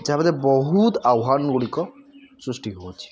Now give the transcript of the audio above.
ଯା ବହୁତ ଆହ୍ୱାନଗୁଡ଼ିକ ସୃଷ୍ଟି ହେଉଛି